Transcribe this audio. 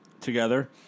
together